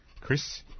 Chris